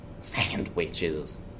Sandwiches